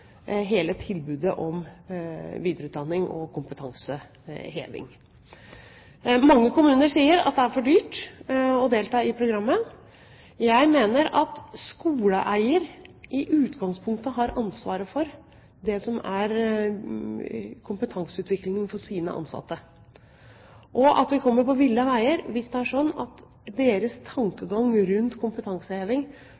hele tilbudet om videreutdanning og kompetanseheving. Mange kommuner sier at det er for dyrt å delta i programmet. Jeg mener at skoleeier i utgangspunktet har ansvaret for det som er kompetanseutvikling av sine ansatte, og at vi kommer på ville veier hvis det er slik at deres